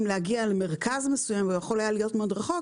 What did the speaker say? להגיע למרכז מסוים והוא יכול היה להיות מאוד רחוק,